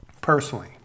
personally